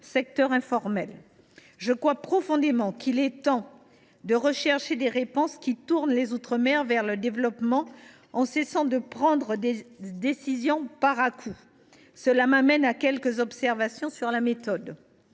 secteur informel… Je crois profondément qu’il est temps de chercher des réponses à même de tourner les outre mer vers le développement et de cesser de prendre des décisions par à coups. Cela m’amène à quelques observations sur la méthode.